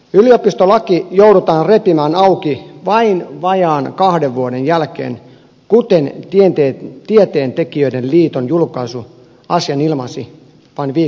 yliopistolaki joudutaan repimään auki vain vajaan kahden vuoden jälkeen kuten tieteentekijöiden liiton julkaisu asian ilmaisi vain viikko sitten